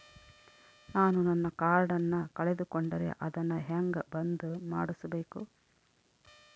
ನಾನು ನನ್ನ ಕಾರ್ಡನ್ನ ಕಳೆದುಕೊಂಡರೆ ಅದನ್ನ ಹೆಂಗ ಬಂದ್ ಮಾಡಿಸಬೇಕು?